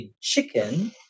chicken